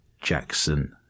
Jackson